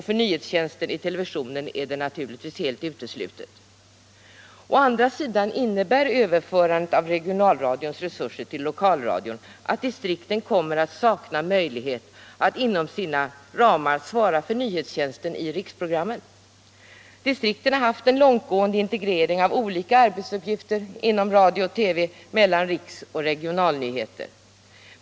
För nyhetstjänsten i televisionen är det naturligtvis helt uteslutet. Å andra sidan innebär överförandet av regionalradions resurser till lokalradion att distrikten kommer att sakna möjlighet att inom sina ramar svara för nyhetstjänsten i riksprogrammen. Distrikten har haft en långtgående integrering av olika arbetsuppgifter inom radio och TV mellan riks och regionalnyheter.